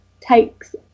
takes